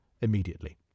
immediately